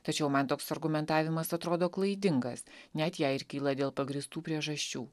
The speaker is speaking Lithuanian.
tačiau man toks argumentavimas atrodo klaidingas net jei ir kyla dėl pagrįstų priežasčių